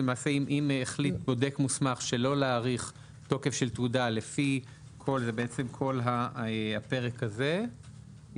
אם החליט בודק מוסמך שלא להאריך תוקף של תעודה לפי כל הפרק הזה,